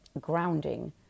grounding